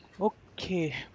Okay